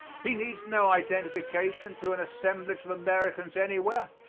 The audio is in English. he needs no identification to an assemblage of americans anywhere,